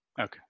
Okay